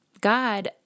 God